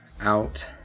out